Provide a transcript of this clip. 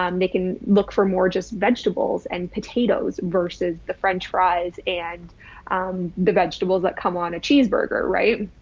um they can look for more just vegetables and potatoes versus the french fries and the vegetables that come on a cheeseburger, right.